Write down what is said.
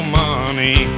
money